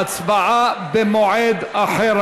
ההצבעה במועד אחר.